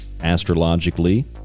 astrologically